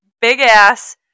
big-ass